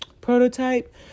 prototype